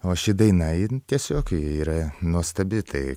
o ši daina jin tiesiog ji yra nuostabi tai